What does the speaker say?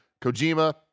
Kojima